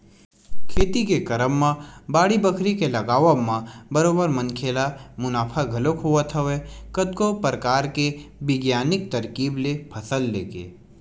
खेती के करब म बाड़ी बखरी के लगावब म बरोबर मनखे ल मुनाफा घलोक होवत हवय कतको परकार के बिग्यानिक तरकीब ले फसल लेके